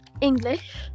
English